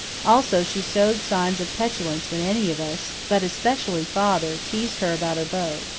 also, she showed signs of petulance when any of us, but especially father, teased her about her beau.